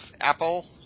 Apple